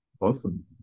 Awesome